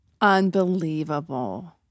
Unbelievable